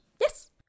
Yes